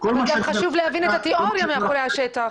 חשוב להבין את התאוריה מאחורי השטח.